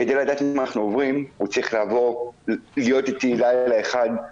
כדי לדעת מה אנחנו עוברים הוא צריך להיות איתי לילה אחד,